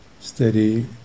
steady